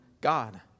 God